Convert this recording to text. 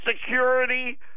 Security